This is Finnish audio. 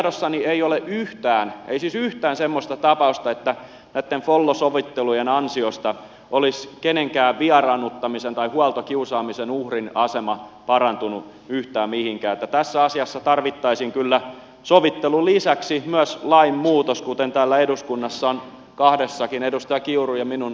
tiedossani ei ole yhtään ei siis yhtään semmoista tapausta että näitten follo sovittelujen ansiosta olisi kenenkään vieraannuttamisen tai huoltokiusaamisen uhrin asema parantunut yhtään mihinkään niin että tässä asiassa tarvittaisiin kyllä sovittelun lisäksi myös lainmuutos kuten täällä eduskunnassa on kahdessakin edustaja kiurun ja minun tekemässä lakialoitteessa vaadittu